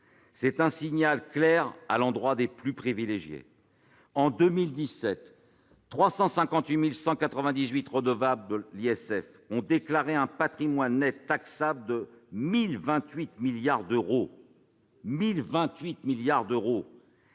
un signal clair à l'endroit des plus privilégiés. En 2017, 358 198 redevables de l'ISF ont déclaré un patrimoine net taxable de 1 028 milliards d'euros. La question n'est